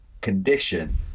condition